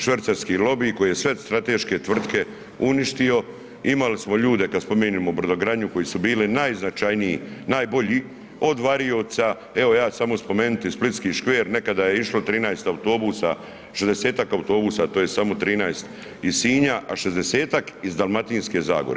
Švercerski lobi koji je sve strateške tvrtke uništio, imali smo ljude, kad spominjemo brodogradnju koji su bili najznačajniji, najbolji, od varioca, evo ja ću samo spomenuti splitski škver, nekada je išlo 13 autobusa, 60-tak autobusa, to je samo 13 iz Sinja, a 60-tak iz Dalmatinske zagore.